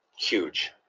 huge